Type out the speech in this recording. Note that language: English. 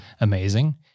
amazing